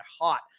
hot